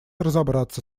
разобраться